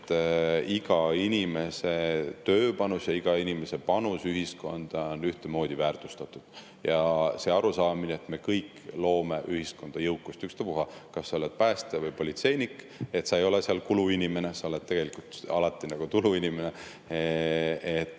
et iga inimese tööpanus ja iga inimese panus ühiskonda on ühtemoodi väärtustatud. [On oluline] see arusaamine, et me kõik loome ühiskonda jõukust, ükstapuha, kas sa oled päästja või politseinik, sa ei ole kuluinimene, sa oled tegelikult alati tuluinimene, sa